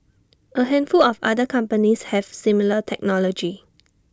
A handful of other companies have similar technology